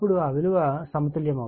అప్పుడు ఆ విలువ సమతుల్యమవుతుంది